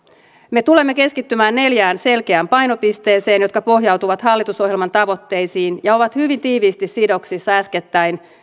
me tulemme keskittymään neljään selkeään painopisteeseen jotka pohjautuvat hallitusohjelman tavoitteisiin ja ovat hyvin tiiviisti sidoksissa äskettäin